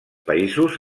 països